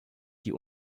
die